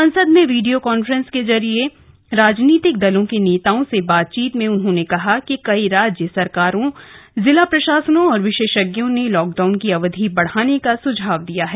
संसद में video conference के जरिये राजनीतिक दलों के नेताओं से बातचीत में उन्होंने कहा कि कई राज्य सरकारों जिला प्रशासनों और विशेषज्ञों ने लॉकडाउन की अवधि बढ़ाने का सुझाव दिया है